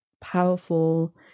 powerful